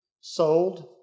sold